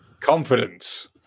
Confidence